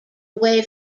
away